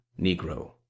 Negro